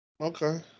okay